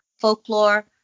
folklore